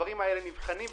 הדברים האלה נבחנים.